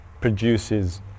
produces